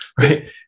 right